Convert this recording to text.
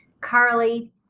Carly